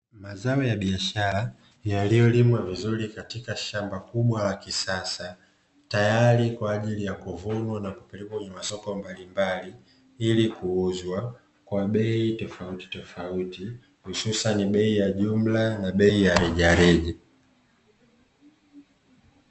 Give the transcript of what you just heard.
Mazao ya biashara, yaliyolimwa vizuri katika shamba kubwa la kisasa, tayari kwa ajili ya kuvunwa na kupelekwa katika masoko mbalimbali ili kuuzwa kwa bei tofautitofauti; hususani bei ya jumla na bei ya rejareja.